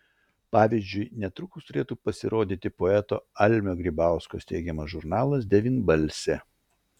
pavyzdžiui netrukus turėtų pasirodyti poeto almio grybausko steigiamas žurnalas devynbalsė